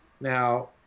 now